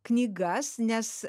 knygas nes